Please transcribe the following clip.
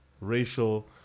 racial